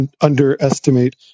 underestimate